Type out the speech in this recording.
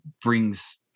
brings